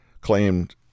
Claimed